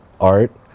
art